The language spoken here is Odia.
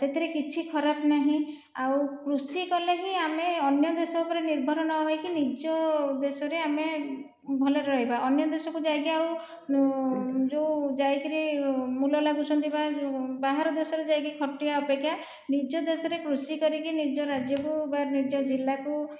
ସେଥିରେ କିଛି ଖରାପ ନାହିଁ ଆଉ କୃଷି କଲେ ହିଁ ଆମେ ଅନ୍ୟ ଦେଶ ଉପରେ ନିର୍ଭର ନହୋଇକି ନିଜ ଦେଶରେ ଆମେ ଭଲରେ ରହିବା ଅନ୍ୟ ଦେଶକୁ ଯାଇକି ଆଉ ଯେଉଁ ଯାଇକରି ମୂଲ ଲାଗୁଛନ୍ତି ବା ବାହାର ଦେଶରେ ଯାଇକି ଖଟିବା ଅପେକ୍ଷା ନିଜ ଦେଶରେ କୃଷି କରିକି ନିଜ ରାଜ୍ୟକୁ ବା ନିଜ ଜିଲ୍ଲାକୁ